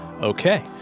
Okay